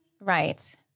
Right